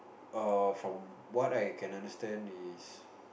err from what I can understand is